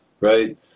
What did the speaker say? right